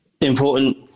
Important